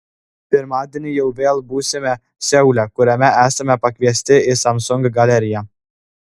pirmadienį jau vėl būsime seule kuriame esame pakviesti į samsung galeriją